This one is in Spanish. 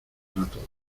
ratones